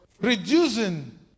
Reducing